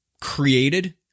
created